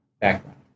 background